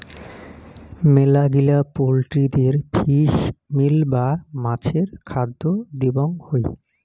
মেলাগিলা পোল্ট্রিদের fish meal বা মাছের খাদ্য দিবং হই